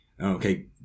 okay